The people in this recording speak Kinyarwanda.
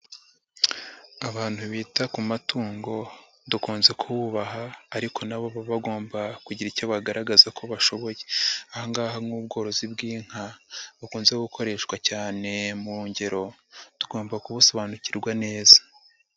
Abantu bita ku matungo dukunze kububaha ariko na bo baba bagomba kugira icyo bagaragaza ko bashoboye. Aha ngaha nk'ubworozi bw'inka bukunze gukoreshwa cyane mu ngero tugomba kubusobanukirwa neza.